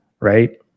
right